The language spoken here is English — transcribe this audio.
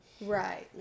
Right